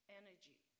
energy